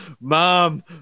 Mom